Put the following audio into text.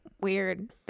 weird